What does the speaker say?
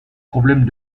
problèmes